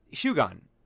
Hugon